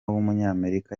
w’umunyamerika